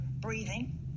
breathing